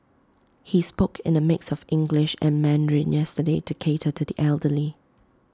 he spoke in A mix of English and Mandarin yesterday to cater to the elderly